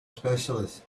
specialists